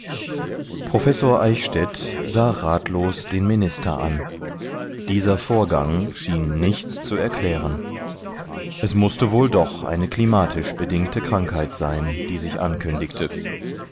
professor eichstädt sah ratlos den minister an dieser vorgang schien nichts zu erklären es mußte wohl doch eine klimatisch bedingte krankheit sein die sich ankündigte